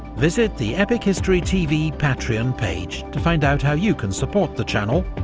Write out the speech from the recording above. visit the epic history tv patreon page to find out how you can support the channel,